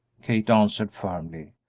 kate answered, firmly.